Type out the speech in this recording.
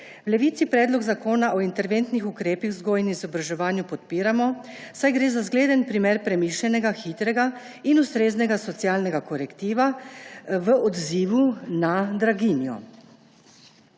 V Levici Predlog zakona o interventnih ukrepih v vzgoji in izobraževanju podpiramo, saj gre za zgleden primer premišljenega, hitrega in ustreznega socialnega korektiva v odzivu na draginjo.